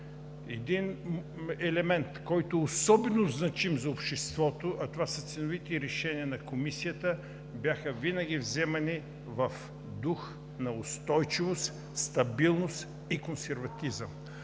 един елемент, който е особено значим за обществото, а това са ценовите решения на Комисията, бяха винаги вземани в дух на устойчивост, стабилност и консерватизъм.